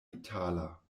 itala